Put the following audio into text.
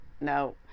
no